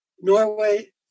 Norway